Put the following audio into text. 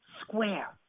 Square